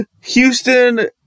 Houston